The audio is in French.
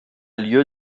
lieu